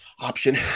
option